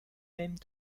mêmes